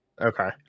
okay